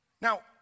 Now